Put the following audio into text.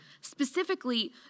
specifically